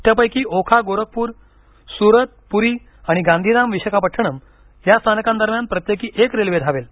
त्यापैकी ओखा गोरखपूर सूरत पुरी आणि गांधीधाम विशाखापट्टणम स्थानकांदरम्यान प्रत्येकी एक रेल्वे धावेल